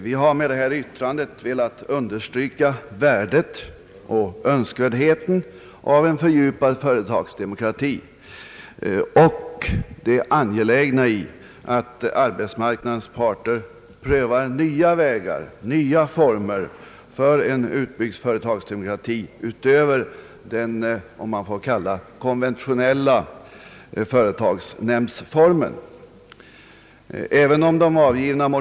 Vi har med detta yttrande velat understryka värdet och önskvärdheten av en fördjupad företagsdemokrati och det angelägna i att arbetsmarknadens parter prövar nya vägar, nya former för en utbyggd företagsdemokrati utöver den s.k. konventionella företagsnämndsformen.